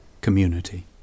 community